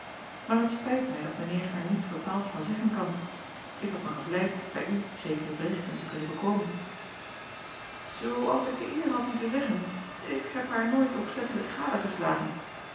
maar het spijt mij dat mijn eer er niets bepaalds van zeggen kan ik had mij gevleid bij u zekere berichten te kunnen bekomen oo als ik de eer had u te zeggen ik heb haar nooit opzettelijk